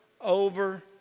over